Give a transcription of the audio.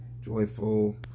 joyful